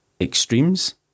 extremes